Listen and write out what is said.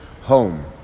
home